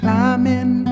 Climbing